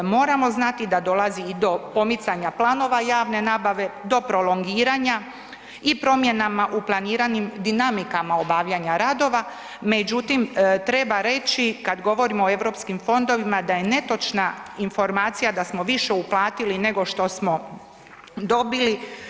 Moramo znamo znati da dolazi do pomicanja planova javne nabave, do prolongiranja i promjenama u planiranim dinamikama obavljanja radova, međutim, treba reći kad govorimo o EU fondovima da je netočna informacija da smo više uplatili nego što smo dobili.